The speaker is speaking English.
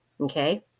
Okay